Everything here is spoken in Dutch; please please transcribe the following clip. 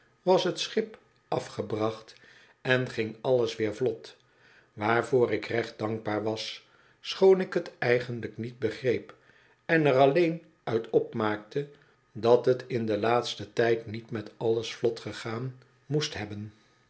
was het schip afgebracht en ging alles weer vlot waarvoor ik recht dankbaar was schoon ik het eigenlijk niet begreep en er alleen uit opmaakte dat het in den laatsten tyd niet met alles vlot gegaan moest hebben